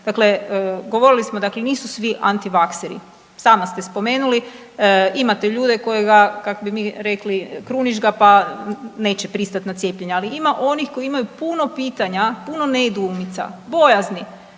Dakle, govorili smo, dakle nisu svi antivakseri. Sama ste spomenuli, imate ljude koje ga, kak bi mi rekli, kruniš ga pa neće pristati na cijepljenje, ali ima onih koji imaju puno pitanja, puno nedoumica, bojazni.